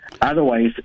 Otherwise